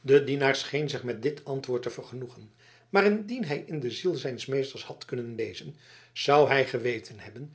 de dienaar scheen zich met dit antwoord te vergenoegen maar indien hij in de ziel zijns meesters had kunnen lezen zou hij geweten hebben